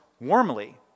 warmly